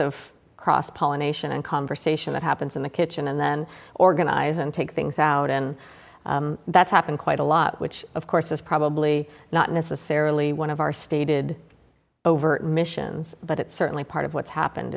of cross pollination and conversation that happens in the kitchen and then organize and take things out and that's happened quite a lot which of course is probably not necessarily one of our stated over missions but it's certainly part of what's happened